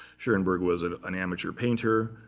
schoenberg was ah an amateur painter.